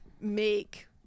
make